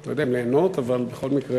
לא יודע אם ליהנות, אבל בכל מקרה,